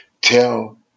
tell